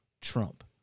Trump